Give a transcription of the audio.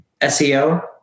SEO